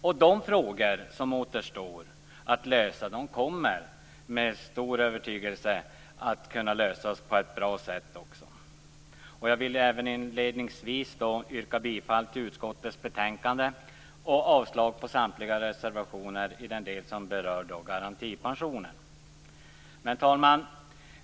Om de frågor som återstår att lösa kan jag med stor övertygelse säga att de kommer att kunna lösas på ett bra sätt de också. Jag vill även inledningsvis yrka bifall till utskottets hemställan i betänkandet och avslag på samtliga reservationer i den del som berör garantipensionen. Herr talman!